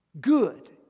Good